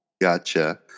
Gotcha